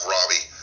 Robbie